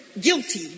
guilty